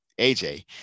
AJ